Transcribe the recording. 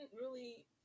really-